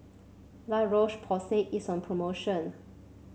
La Roche Porsay is on promotion